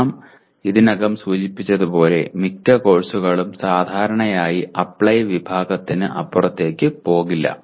നാം ഇതിനകം സൂചിപ്പിച്ചതുപോലെ മിക്ക കോഴ്സുകളും സാധാരണയായി അപ്ലൈ വിഭാഗത്തിന് അപ്പുറത്തേക്ക് പോകില്ല